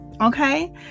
okay